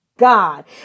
God